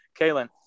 kaylin